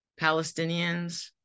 Palestinians